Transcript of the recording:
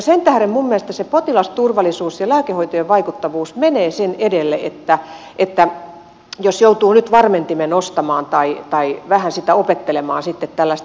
sen tähden minusta se potilasturvallisuus ja lääkehoitojen vaikuttavuus menee sen edelle että voi joutua nyt varmentimen ostamaan tai vähän opettelemaan sitten tällaista